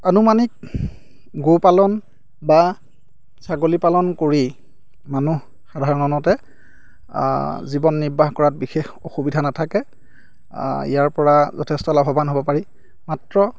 আনুমানিক গোপালন বা ছাগলী পালন কৰি মানুহ সাধাৰণতে জীৱন নিৰ্বাহ কৰাত বিশেষ অসুবিধা নাথাকে ইয়াৰ পৰা যথেষ্ট লাভৱান হ'ব পাৰি মাত্ৰ